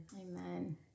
Amen